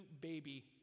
baby